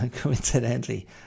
coincidentally